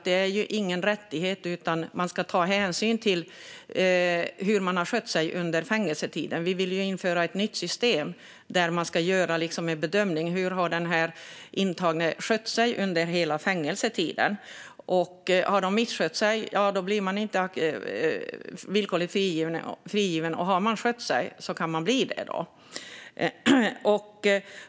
Det är ju ingen rättighet, utan man ska ta hänsyn till hur personen har skött sig under fängelsetiden. Vi vill införa ett nytt system, där man ska göra en bedömning av hur den intagne har skött sig under hela fängelsetiden. Den som har misskött sig blir inte villkorligt frigiven, men den som har skött sig kan bli det.